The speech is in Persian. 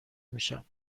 میشم